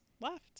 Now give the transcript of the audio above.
left